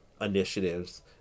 initiatives